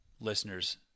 Listeners